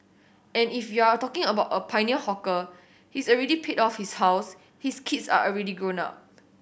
and if you're talking about a pioneer hawker he's already paid off his house his kids are already grown up